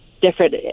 different